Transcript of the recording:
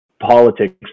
politics